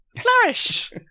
Flourish